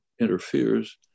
interferes